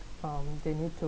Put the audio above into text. um they need to